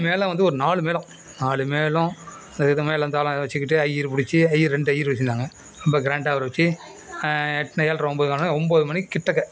மேளம் வந்து ஒரு நாலு மேளம் நாலு மேளம் அதுக்கேற்ற மாதிரி எல்லாம் தாளம் எல்லா வெச்சுக்கிட்டு ஐயர் பிடிச்சி ஐயர் ரெண்டு ஐயர் வெச்சுருந்தாங்க ரொம்ப க்ராண்டா அவரை வெச்சு எட் ஏழ்ர ஒம்பது ஒம்பது மணி கிட்டக்க